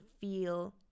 feel